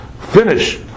finish